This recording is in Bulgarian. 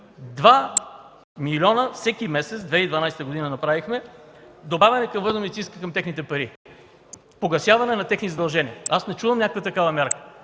2 милиона всеки месец за 2012 г. направихме добавяне към техните пари, погасяване на техни задължения. Аз не чувам някаква такава мярка.